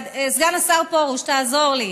סגן השר פרוש, תעזור לי: